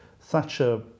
Thatcher